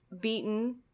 beaten